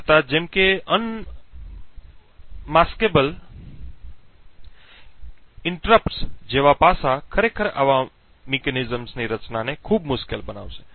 તેમ છતાં જેમ કે અનમેકસ્ટેબલ ઇન્ટ્રપ્ટ્સ જેવા પાસા ખરેખર આવા મિકેનિઝમની રચનાને ખૂબ મુશ્કેલ બનાવશે